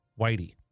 Whitey